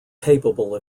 capable